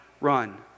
run